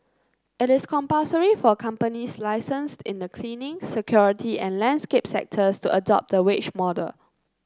it is compulsory for companies licensed in the cleaning security and landscape sectors to adopt the wage model